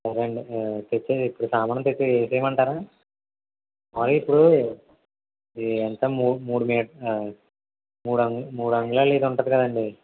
సరే అండి తెచ్చి ఇప్పుడు సామానులు తెచ్చి వేసేయ్యమంటారా అదే ఇప్పుడు ఇది అంతా మూడ్ మూడు మీట మూడ్అం మూడు అంగుళాలు అయినా ఉంటుంది కదండి